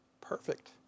perfect